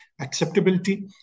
acceptability